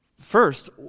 first